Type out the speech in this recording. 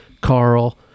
Carl